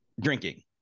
drinking